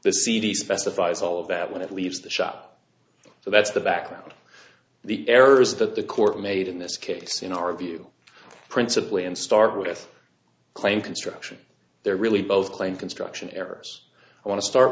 specifies all of that when it leaves the shop so that's the background the errors that the court made in this case in our view principally and start with claim construction there really both claim construction errors i want to start